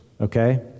Okay